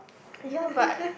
ya but